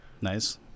nice